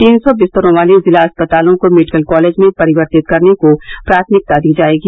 तीन सौ बिस्तरों वाले जिला अस्पतालों को मेडिकल कॉलेज में परिवर्तित करने को प्राथमिकता दी जाएगी